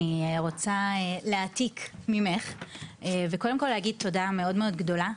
אני רוצה להעתיק ממך וקודם כל להגיד תודה מאוד מאוד גדולה.